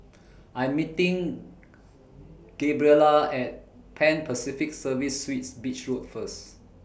I'm meeting Gabriela At Pan Pacific Serviced Suites Beach Road First